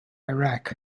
iraq